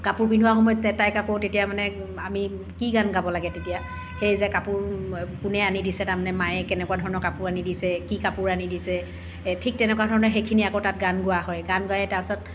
কাপোৰ পিন্ধোৱা সময়ত তে তাইক আকৌ মানে আমি কি গান গাব লাগে তেতিয়া সেই যে কাপোৰ কোনে আনি দিছে তাৰমানে মায়ে কেনেকুৱা ধৰণৰ কাপোৰ আনি দিছে কি কাপোৰ আনি দিছে ঠিক তেনেকুৱা ধৰণে সেইখিনি আকৌ তাত গান গোৱা হয় গান গাই তাৰপাছত